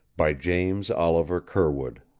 by james oliver curwood